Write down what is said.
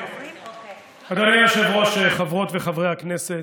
אדוני היושב-ראש, חברות וחברי הכנסת,